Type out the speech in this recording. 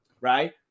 right